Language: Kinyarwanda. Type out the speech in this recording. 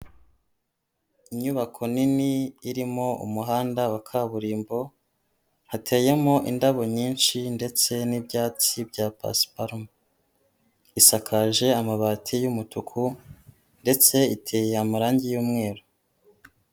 Inyubako nini irimo umuhanda wa kaburimbo, hateyemo indabo nyinshi ndetse n'ibyatsi bya pasiparomu, isakaje amabati y'umutuku, ndetse iteye amarangi y'umweru.